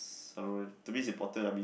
s~ I don't know to me is important I mean